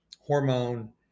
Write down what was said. hormone